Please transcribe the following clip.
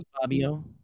fabio